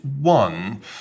one